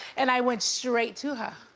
and i went straight to her.